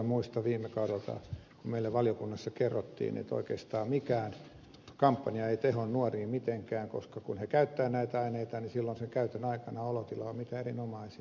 muistan viime kaudelta kun meille valiokunnassa kerrottiin että oikeastaan mikään kampanja ei tehoa nuoriin mitenkään koska kun he käyttävät näitä aineita silloin sen käytön aikana olotila on mitä erinomaisin